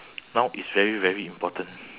now it's very very important